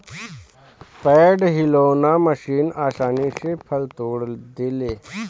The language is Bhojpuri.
पेड़ हिलौना मशीन आसानी से फल तोड़ देले